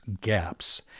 gaps